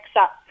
up